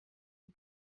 die